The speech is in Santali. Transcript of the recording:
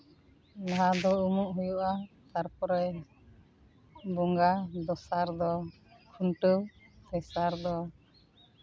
ᱞᱟᱦᱟ ᱫᱚ ᱩᱢᱩᱜ ᱦᱩᱭᱩᱜᱼᱟ ᱛᱟᱨᱯᱚᱨᱮ ᱵᱚᱸᱜᱟ ᱫᱚᱥᱟᱨ ᱫᱚ ᱠᱷᱩᱱᱴᱟᱹᱣ ᱛᱮᱥᱟᱨ ᱫᱚ